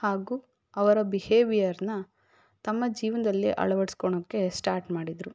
ಹಾಗೂ ಅವರ ಬೆಹೆವಿಯರನ್ನ ತಮ್ಮ ಜೀವನದಲ್ಲಿ ಅಳವಡಿಸ್ಕೊಳೋಕೆ ಸ್ಟಾರ್ಟ್ ಮಾಡಿದರು